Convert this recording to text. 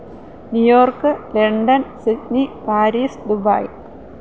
New York London Sydney Paris Dubai